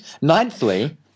Ninthly